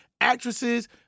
actresses